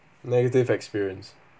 negative experience